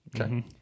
Okay